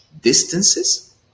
distances